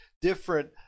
different